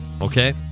okay